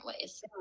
ways